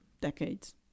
decades